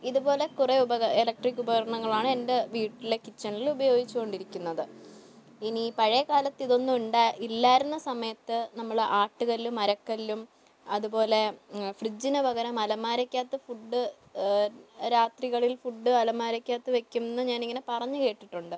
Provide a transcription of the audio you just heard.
ഇതുപോലെ കുറെ ഉപ ഇലക്ട്രിക് ഉപകരണങ്ങളാണ് എൻ്റെ വീട്ടിലെ കിച്ചണിൽ ഉപയോഗിച്ചുകൊണ്ടിരിക്കുന്നത് ഇനി പഴയകാലത്ത് ഇതൊന്നും ഉണ്ടാ ഇല്ലായിരുന്ന സമയത്ത് നമ്മൾ ആട്ടുകല്ലും അരക്കല്ലും അതുപോലെ ഫ്രിഡ്ജിനു പകരം അലമാരയ്ക്കകത്ത് ഫുഡ് രാത്രികളിൽ ഫുഡ് അലമാരയ്ക്കകത്ത് വെക്കുമെന്ന് ഞാനിങ്ങനെ പറഞ്ഞു കേട്ടിട്ടുണ്ട്